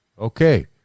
Okay